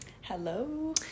hello